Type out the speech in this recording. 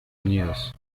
unidos